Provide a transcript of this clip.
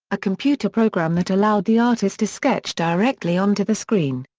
a computer program that allowed the artist to sketch directly onto the screen.